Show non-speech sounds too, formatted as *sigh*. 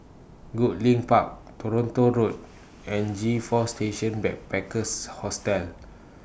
Goodlink Park Toronto Road *noise* and G four Station Backpackers Hostel